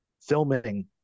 filming